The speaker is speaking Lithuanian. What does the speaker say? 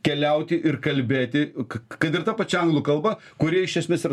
keliauti ir kalbėti k kad ir ta pačia anglų kalba kuria iš esmės ir